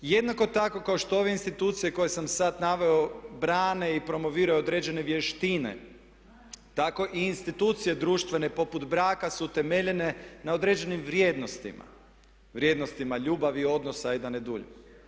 Jednako tako kao što ove institucije koje sam sad naveo brane i promoviraju određene vještine tako i institucije društvene poput braka su utemeljene na određenim vrijednostima, vrijednostima ljubavi, odnosa i da ne duljim.